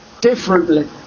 differently